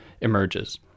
emerges